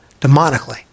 Demonically